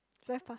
very far